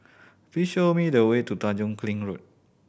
please show me the way to Tanjong Kling Road